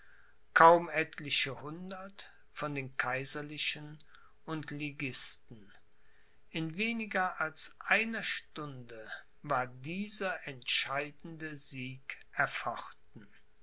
kaum etliche hundert von den kaiserlichen und liguisten in weniger als einer stunde war dieser entscheidende sieg erfochten